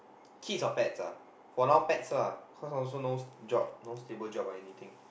kids or pets ah for now pets lah cause I also no job no stable job or anything